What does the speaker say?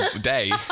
day